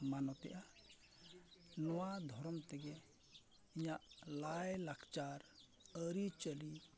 ᱢᱟᱱᱚᱛᱮᱜᱼᱟ ᱱᱚᱣᱟ ᱫᱷᱚᱨᱚᱢ ᱛᱮᱜᱮ ᱤᱧᱟᱹᱜ ᱞᱟᱭ ᱞᱟᱠᱪᱟᱨ ᱟᱹᱨᱤᱪᱟᱹᱞᱤ